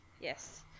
Yes